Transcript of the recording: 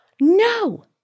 No